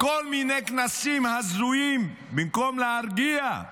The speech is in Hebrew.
כל מיני כנסים הזויים, במקום להרגיע,